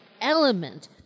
element